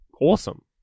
Awesome